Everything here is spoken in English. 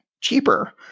cheaper